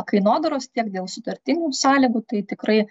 kainodaros tiek dėl sutartinių sąlygų tai tikrai